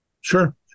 Sure